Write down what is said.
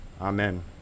amen